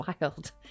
wild